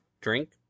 drink